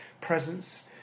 presence